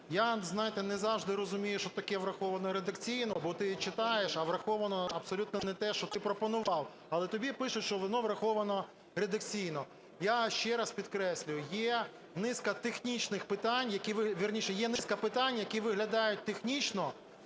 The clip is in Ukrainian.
Я, знаєте, не завжди розумію, що таке "враховано редакційно", бо ти читаєш, а враховано абсолютно не те, що ти пропонував, але тобі пишуть, що воно враховано редакційно. Я ще раз підкреслюю, є низка технічних питань, вірніше,